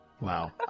Wow